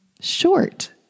short